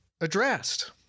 addressed